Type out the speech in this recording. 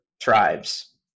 tribes